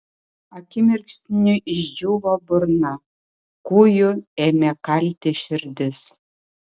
akimirksniu išdžiūvo burna kūju ėmė kalti širdis